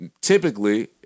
typically